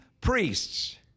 priests